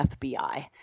FBI